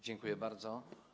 Dziękuję bardzo.